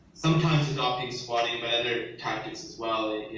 sometimes adopting squatting, but other tactics as well,